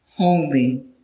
Holy